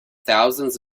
thousands